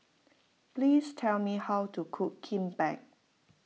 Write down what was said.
please tell me how to cook Kimbap